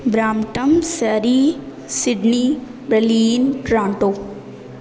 Brampton Surrey Sydney Berlin Toronto